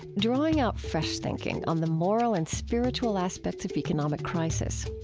drawing out fresh thinking on the moral and spiritual aspects of economic crisis.